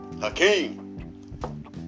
Hakeem